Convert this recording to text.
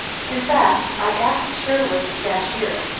in fact i asked sherwood, the cashier,